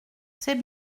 c’est